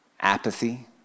Apathy